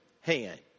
hand